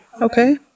Okay